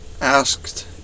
Asked